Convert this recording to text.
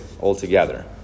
altogether